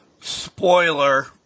Spoiler